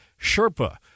sherpa